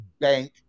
bank